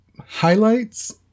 Highlights